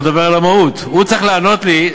בוא נדבר על המהות: הוא צריך לענות לי,